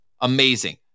amazing